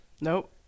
Nope